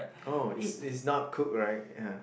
oh it's it's not cooked right ya